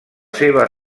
seva